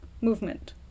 movement